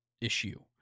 issue